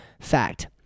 fact